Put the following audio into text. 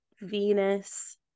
Venus